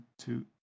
two